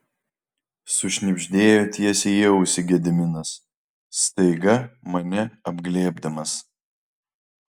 sušnibždėjo tiesiai į ausį gediminas staiga mane apglėbdamas